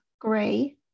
gray